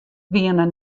wiene